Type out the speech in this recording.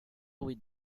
with